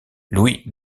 louis